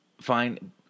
Fine